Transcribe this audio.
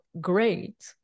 great